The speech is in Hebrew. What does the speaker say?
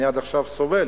אני עד עכשיו סובל.